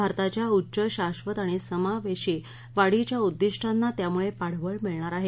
भारताच्या उच्च शाधित आणि समावेशी वाढीच्या उद्दिष्टांना त्यामुळे पाठबळ मिळणार आहे